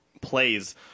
plays